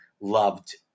loved